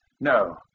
No